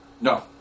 No